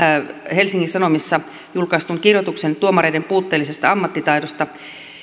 helsingin sanomissa julkaistun kirjoituksen tuomareiden puutteellisesta ammattitaidosta